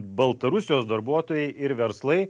baltarusijos darbuotojai ir verslai